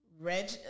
Reg